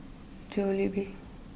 Jollibee